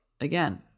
again